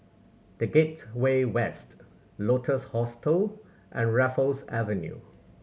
The Gateway West Lotus Hostel and Raffles Avenue